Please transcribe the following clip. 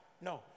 No